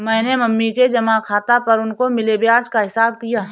मैंने मम्मी के जमा खाता पर उनको मिले ब्याज का हिसाब किया